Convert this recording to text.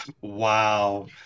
Wow